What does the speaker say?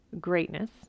greatness